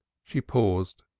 she paused,